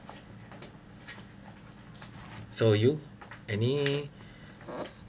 so you any